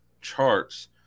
charts